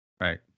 Right